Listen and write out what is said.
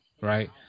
right